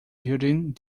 building